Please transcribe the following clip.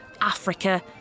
Africa